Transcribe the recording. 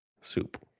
soup